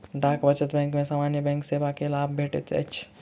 डाक बचत बैंक में सामान्य बैंक सेवा के लाभ भेटैत अछि